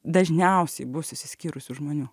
dažniausiai bus išsiskyrusių žmonių